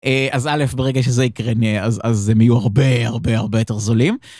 אז א' ברגע שזה יקרה אז הם יהיו הרבה הרבה הרבה יותר זולים.